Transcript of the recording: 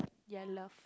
ya lah